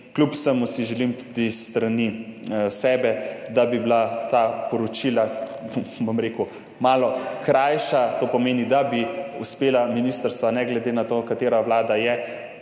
Kljub vsemu si želim tudi s strani sebe, da bi bila ta poročila malo krajša, to pomeni, da bi uspela ministrstva ne glede na to, katera vlada je,